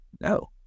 no